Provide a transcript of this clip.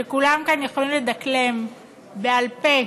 שכולם כאן יכולים לדקלם בעל פה,